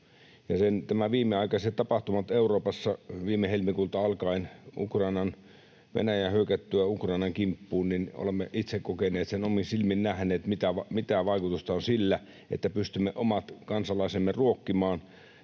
Nämä viimeaikaiset tapahtumat Euroopassa ovat osoittaneet — viime helmikuulta alkaen, Venäjän hyökättyä Ukrainan kimppuun, olemme itse kokeneet ja omin silmin nähneet — mitä vaikutusta on sillä, että pystymme omat kansalaisemme ruokkimaan